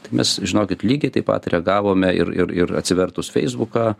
tai mes žinokit lygiai taip pat reagavome ir ir ir atsivertus feisbuką